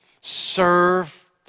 Serve